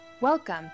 Welcome